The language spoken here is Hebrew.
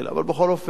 אבל בכל אופן,